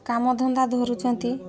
କାମ ଧନ୍ଦା ଧରୁଛନ୍ତି